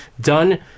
done